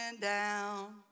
down